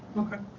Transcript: okay.